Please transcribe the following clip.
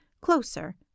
closer